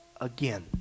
again